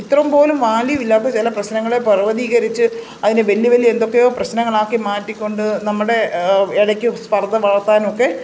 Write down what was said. ഇത്രയും പോലും വാല്യു ഇല്ലാത്ത ചില പ്രശ്നങ്ങളെ പർവതീകരിച്ച് അതിൻ്റെ വെല്ലു വലിയ എന്തൊക്കെയോ പ്രശ്നങ്ങളാക്കി മാറ്റിക്കൊണ്ട് നമ്മുടെ ഇടയ്ക്കും സ്പർധ വളർത്താനുമൊക്കെ